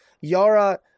Yara